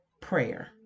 prayer